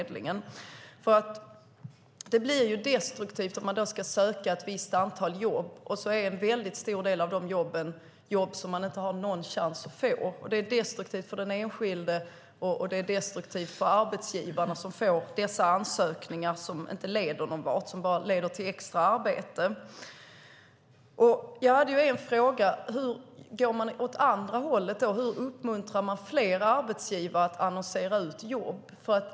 Det blir destruktivt om man ska söka ett visst antal jobb och en stor del av dessa jobb är jobb som man inte har någon chans att få. Det är destruktivt för den enskilde, och det är destruktivt för arbetsgivarna som får dessa ansökningar som inte leder till något annat än extra arbete för arbetsgivarna. Jag hade en fråga. Går man åt andra hållet? Hur uppmuntrar man fler arbetsgivare att annonsera ut jobb?